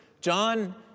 John